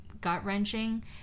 gut-wrenching